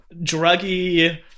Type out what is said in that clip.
druggy